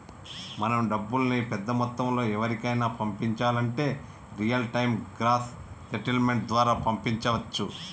మనం డబ్బుల్ని పెద్ద మొత్తంలో ఎవరికైనా పంపించాలంటే రియల్ టైం గ్రాస్ సెటిల్మెంట్ ద్వారా పంపించవచ్చు